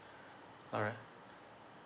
alright